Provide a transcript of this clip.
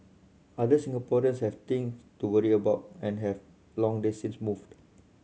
other Singaporeans have things to worry about and have long they since moved